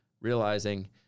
realizing